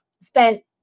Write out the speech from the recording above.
spent